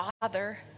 father